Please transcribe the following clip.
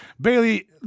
bailey